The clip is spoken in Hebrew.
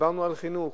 דיברנו על חינוך,